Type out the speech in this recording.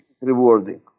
rewarding